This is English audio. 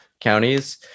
counties